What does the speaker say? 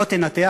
לא תנתח,